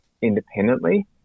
independently